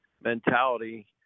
mentality